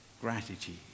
gratitude